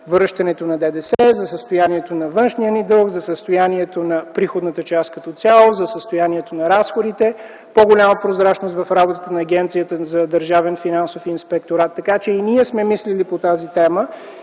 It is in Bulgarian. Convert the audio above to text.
връщането на ДДС, за състоянието на външния ни дълг, за състоянието на приходната част като цяло, за състоянието на разходите, по-голяма прозрачност в работата на Агенцията за държавен финансов инспекторат. Така, че и ние сме мислили по тази тема